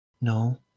No